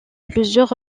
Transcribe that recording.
plusieurs